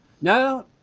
No